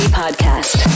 podcast